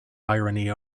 irony